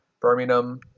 Birmingham